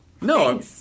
No